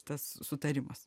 tas sutarimas